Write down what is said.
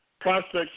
prospects